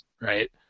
right